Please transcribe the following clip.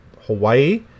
Hawaii